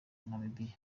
namibie